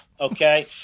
okay